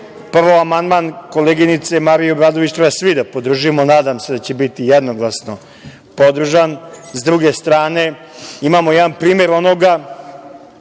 prvo amandman koleginice Marije Obradović treba svi da podržimo, nadam se da će biti jednoglasno podržan. S druge strane, imamo jedan primer onoga